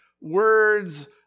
words